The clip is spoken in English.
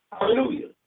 hallelujah